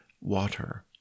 water